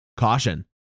Caution